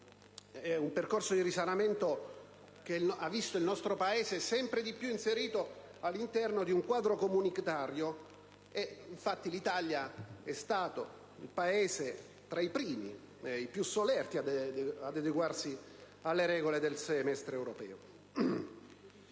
Un percorso di risanamento che ha visto il nostro Paese sempre più inserito all'interno di un quadro comunitario; l'Italia è stata infatti uno tra i primi e più solerti Paesi ad adeguarsi alle regole del Semestre europeo.